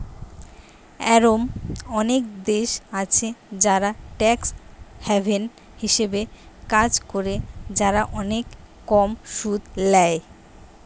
এরোম অনেক দেশ আছে যারা ট্যাক্স হ্যাভেন হিসাবে কাজ করে, যারা অনেক কম সুদ ল্যায়